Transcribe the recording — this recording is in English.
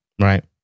right